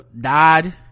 died